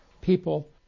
people